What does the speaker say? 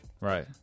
Right